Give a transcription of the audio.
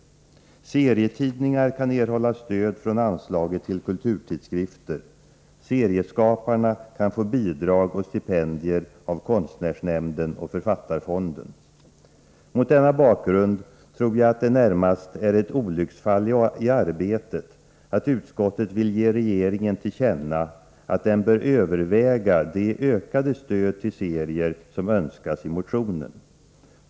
Serietidningar kan erhålla stöd från anslaget till kulturtidskrifter. Serieskaparna kan få bidrag och stipendier av konstnärsnämnden och författarfonden. Mot denna bakgrund tror jag att det närmast är ett olycksfall i arbetet att utskottet vill ge regeringen till känna att den bör överväga det ökade stöd till serier som önskas i motionen.